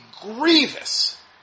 grievous